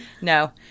No